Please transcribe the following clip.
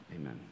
amen